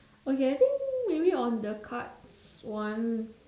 okay I think maybe on the cards one